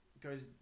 goes